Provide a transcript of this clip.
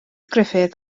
griffith